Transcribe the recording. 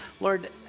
Lord